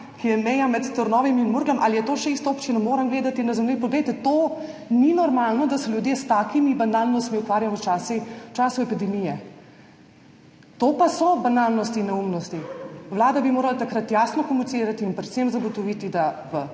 ki je meja med Trnovim in Murglami, ali je to še ista občina, moram gledati na zemljevid. To ni normalno, da se ljudje s takimi banalnostmi ukvarjamo v času epidemije. To pa so banalnosti in neumnosti. Vlada bi morala takrat jasno komunicirati in predvsem zagotoviti, da v